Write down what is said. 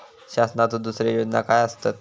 शासनाचो दुसरे योजना काय आसतत?